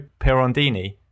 pirondini